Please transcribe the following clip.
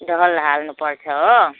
दल हाल्नुपर्छ हो